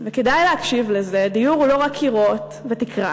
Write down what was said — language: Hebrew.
וכדאי להקשיב לזה, דיור הוא לא רק קירות ותקרה